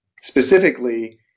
specifically